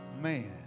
Man